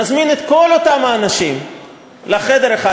נזמין את כל אותם האנשים לחדר אחד,